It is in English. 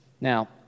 Now